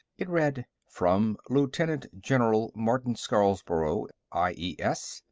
it read from lieutenant general martin scarborough, i e s.